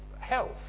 health